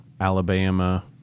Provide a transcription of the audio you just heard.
Alabama